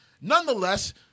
Nonetheless